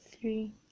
three